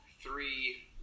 three